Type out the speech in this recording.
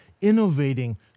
innovating